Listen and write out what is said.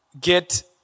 get